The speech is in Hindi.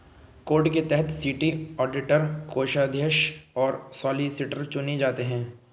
कोड के तहत सिटी ऑडिटर, कोषाध्यक्ष और सॉलिसिटर चुने जाते हैं